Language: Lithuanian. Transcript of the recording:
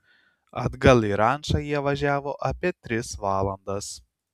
atgal į rančą jie važiavo apie tris valandas